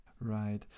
right